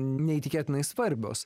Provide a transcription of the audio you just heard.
neįtikėtinai svarbios